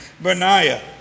Benaiah